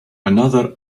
another